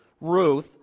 Ruth